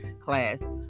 class